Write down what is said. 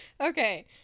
Okay